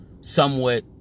somewhat